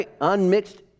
Unmixed